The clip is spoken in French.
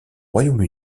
royaume